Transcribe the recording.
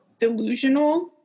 delusional